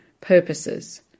purposes